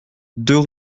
deux